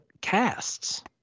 casts